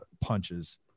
punches